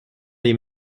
les